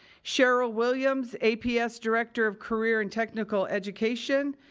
sheryl williams, aps director of career and technical education.